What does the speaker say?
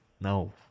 no